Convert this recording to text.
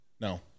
No